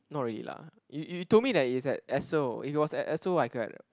not really lah you you told me that is at Esso it was at Esso I could had